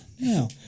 No